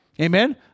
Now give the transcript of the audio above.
Amen